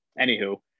anywho